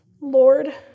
Lord